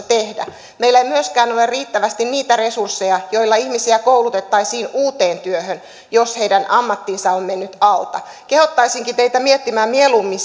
tehdä meillä ei myöskään ole riittävästi niitä resursseja joilla ihmisiä koulutettaisiin uuteen työhön jos heidän ammattinsa on mennyt alta kehottaisinkin teitä miettimään mieluummin